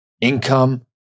income